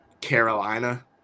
Carolina